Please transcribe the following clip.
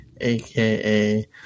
aka